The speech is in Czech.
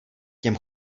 těm